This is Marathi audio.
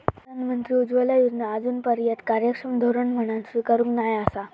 प्रधानमंत्री उज्ज्वला योजना आजूनपर्यात कार्यक्षम धोरण म्हणान स्वीकारूक नाय आसा